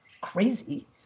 crazy